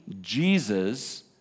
Jesus